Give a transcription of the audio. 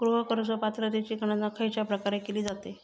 गृह कर्ज पात्रतेची गणना खयच्या प्रकारे केली जाते?